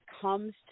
comes